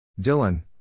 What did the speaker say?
Dylan